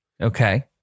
Okay